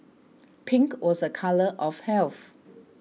pink was a colour of health